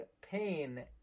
pain